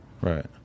Right